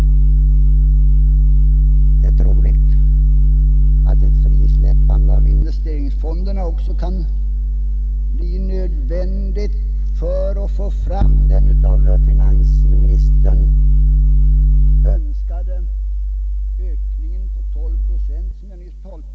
Det är troligt att ett frisläppande av investeringsfonderna också kan bli nödvändigt för att få fram den av finansministern önskade ökningen på 12 procent som jag nyss talade om.